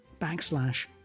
backslash